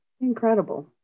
Incredible